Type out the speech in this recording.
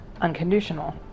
unconditional